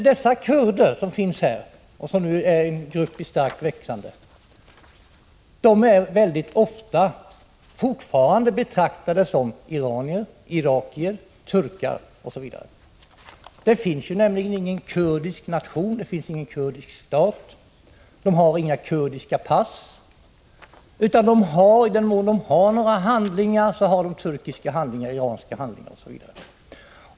Dessa kurder som nu finns här, och som utgör en grupp i starkt växande, betraktas fortfarande som iranier, irakier, turkar osv. Det finns nämligen ingen kurdisk nation, ingen kurdisk stat, och de har inga kurdiska pass. I den mån de har några handlingar har de turkiska handlingar, iranska handlingar OSV.